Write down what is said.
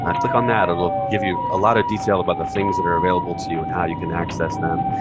um click on that. it'll give you a lot of detail about the things that are available to you and how you can access them,